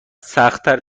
سختتر